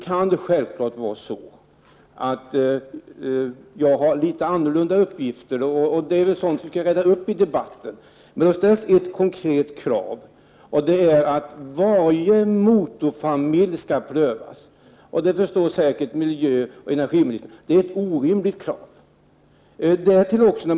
Självfallet kan jag ha fått andra uppgifter än statsrådet, och det är väl sådant som skall redas ut i debatten. Det ställs ett konkret krav, och det är att varje motorfamilj skall prövas. Miljöoch energiministern förstår säkert att det är ett orimligt krav.